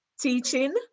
teaching